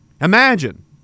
Imagine